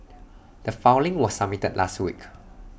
the filing was submitted last week